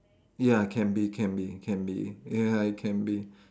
ya can be can be can be ya it can be